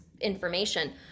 information